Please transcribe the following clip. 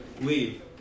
leave